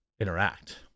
interact